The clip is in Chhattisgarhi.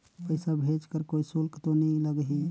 पइसा भेज कर कोई शुल्क तो नी लगही?